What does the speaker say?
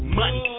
money